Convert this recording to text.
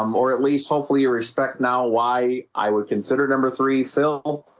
um or at least hopefully a respect now why i would consider number three phil?